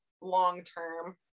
long-term